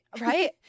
Right